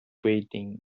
waiting